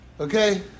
Okay